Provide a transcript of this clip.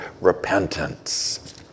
Repentance